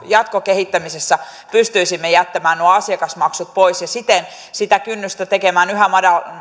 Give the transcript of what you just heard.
jatkokehittämisessä pystyisimme jättämään nuo asiakasmaksut pois ja siten tekemään yhä